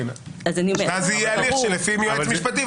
ואז יהיה הליך ש --- וזה ילך לבית המשפט.